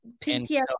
PTSD